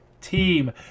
team